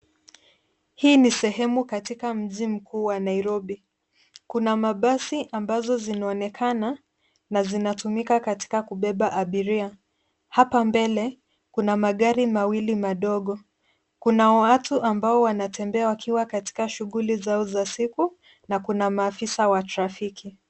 Hii ni sehemu katika mji mkuu wa Nairobi kuna mabasi ambazo zinaonekana na zinatumika katika kubeba abiria ,hapa mbele kuna magari mawili madogo kuna watu ambao wanatembea wakiwa katika shughuli zao za siku na kuna maafisa wa trafiki.